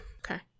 Okay